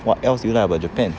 what else you like about japan